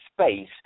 space